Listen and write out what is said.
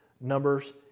Numbers